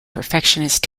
perfectionist